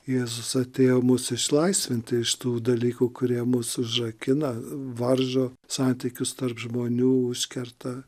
jėzus atėjo mus išlaisvinti iš tų dalykų kurie mus užrakina varžo santykius tarp žmonių užkerta